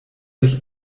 ich